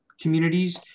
communities